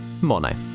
Mono